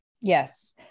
Yes